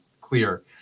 clear